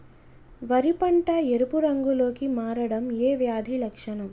వరి పంట ఎరుపు రంగు లో కి మారడం ఏ వ్యాధి లక్షణం?